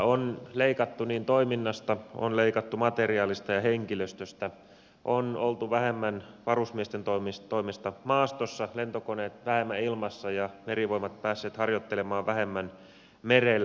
on leikattu niin toiminnasta materiaalista kuin henkilöstöstä on oltu vähemmän varusmiesten toimesta maastossa lentokoneet ovat olleet vähemmän ilmassa ja merivoimat päässyt harjoittelemaan vähemmän merellä